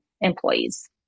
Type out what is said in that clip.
employees